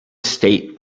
state